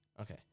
Okay